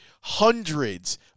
hundreds